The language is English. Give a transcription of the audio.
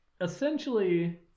essentially